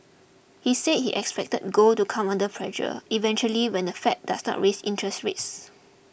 he said he expected gold to come under pressure eventually when the Fed does not raise interest rates